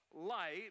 light